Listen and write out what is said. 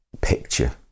picture